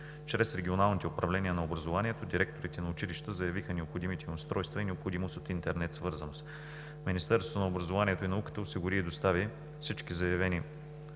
чрез регионалните управления на образованието, директорите на училища заявиха необходимите им устройства и необходимост от интернет свързаност. Министерството на образованието и науката осигури и достави всички заявени